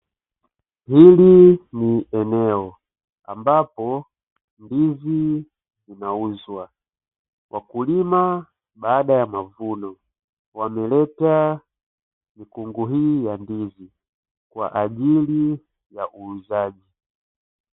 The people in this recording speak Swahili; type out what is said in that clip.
Hili ni eneo ambapo ndizi zinauzwa, wakulima baada ya mavuno wameleta mikungu hii ya ndizi kwa ajili ya uuzaji.